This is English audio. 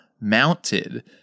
mounted